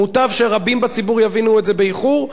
מוטב שרבים בציבור יבינו את זה באיחור,